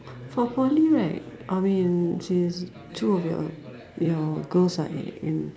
for Poly right I mean which is two of your your girls are at in